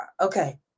Okay